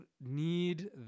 need